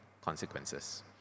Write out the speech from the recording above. consequences